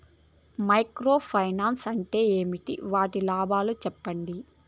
Micro finance అంటే ఏమి? వాటి లాభాలు సెప్పండి?